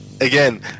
Again